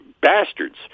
bastards